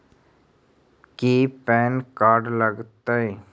की PAN card लग तै?